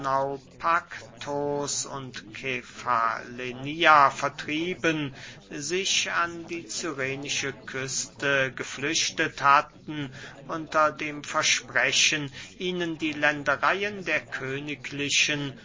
naupaktos und kefalonia vertrieben sich an die cyrenische küste geflüchtet hatten unter dem versprechen ihnen die ländereyen der königlichen